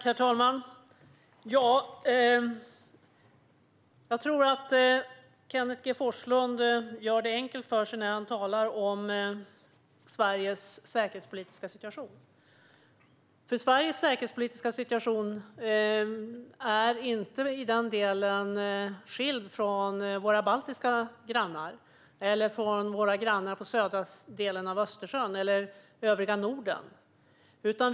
Herr talman! Jag tror att Kenneth G Forslund gör det enkelt för sig när han talar om Sveriges säkerhetspolitiska situation. Sveriges säkerhetspolitiska situation är inte i denna del skild från den situation som gäller för våra baltiska grannar, för våra grannar på den södra sidan av Östersjön eller för övriga Norden.